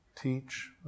teach